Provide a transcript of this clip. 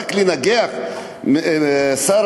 רק לנגח את שר